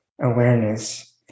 awareness